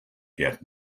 get